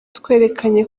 twerekanye